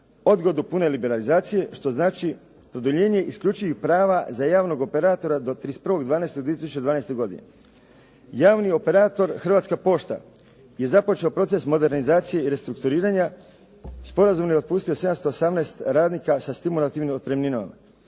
odgodu pune liberalizacije, što znači dodjeljenje isključivih prava za javnog operatora do 31.12.2012. godine. Javni operator Hrvatska pošta je započeo proces modernizacije i restrukturiranja, sporazumno je otpustio 718 radnika sa stimulativnim otpremninama.